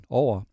over